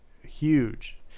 huge